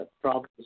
problems